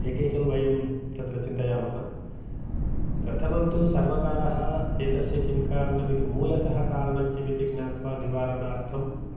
एकैकं वयं तत्र चिन्तयामः प्रथमं तु सर्वकारः एतस्य किं कारणम् इति मूलतः कारणं किम् इति ज्ञात्वा निवारणार्थं